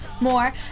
more